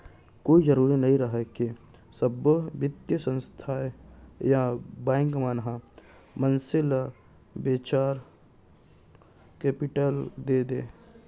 कोई जरुरी नइ रहय के सब्बो बित्तीय संस्था या बेंक मन ह मनसे ल वेंचर कैपिलट दे देवय